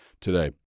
today